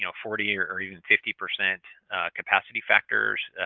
you know forty or or even fifty percent capacity factors,